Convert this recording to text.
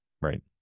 right